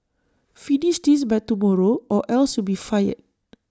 finish this by tomorrow or else you'll be fired